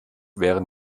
wären